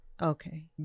okay